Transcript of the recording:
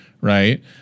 right